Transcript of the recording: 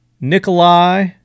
Nikolai